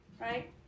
right